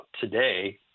today